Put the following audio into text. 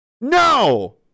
No